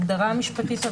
עדיין היא לא ציבורית, אז